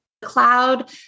Cloud